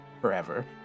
forever